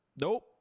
nope